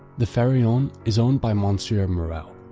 the pharaon is owned by monsieur morrel,